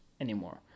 anymore